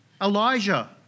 Elijah